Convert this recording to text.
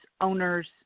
owners